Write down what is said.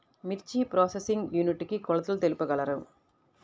మిర్చి processing unit కి కొలతలు తెలుపగలరు?